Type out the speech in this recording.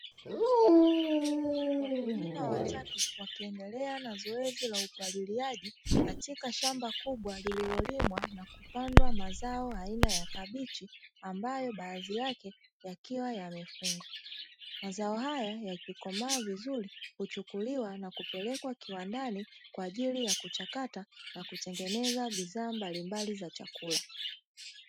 Wakulima watatu wakiendelea na zoezi la upaliliaji katika shamba kubwa lililolinwa na kupandwa mazao aina ya kabichi ambayo baadhi yake yakiwa yamefungwa. Mazao haya yakikomaa vizuri huchukuliwa na kupelekwa kiwandani kwaajili ya kuchakata na kutengeneza bidhaa mbalimbali za chakula.